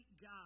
God